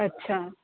अछा